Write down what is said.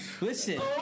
Listen